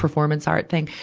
performance art thing.